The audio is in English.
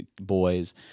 boys